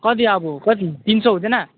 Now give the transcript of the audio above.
कति अब कति तिन सौ हुँदैन